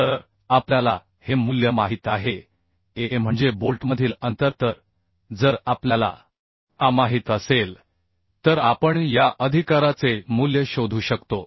तर आपल्याला हे मूल्य माहित आहे a म्हणजे बोल्टमधील अंतर तर जर आपल्याला a माहित असेल तर आपण या अधिकाराचे मूल्य शोधू शकतो